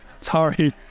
Sorry